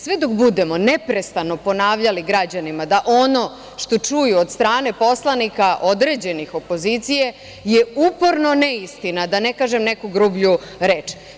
Sve dok budemo neprestano ponavljali građanima da ono što čuju od strane poslanika određenih opozicije je uporno neistina, da ne kažem neku grublju reč.